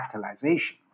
capitalization